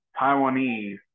Taiwanese